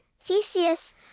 Theseus